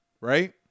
right